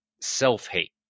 self-hate